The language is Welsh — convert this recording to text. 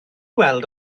weld